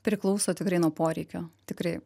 priklauso tikrai nuo poreikio tikrai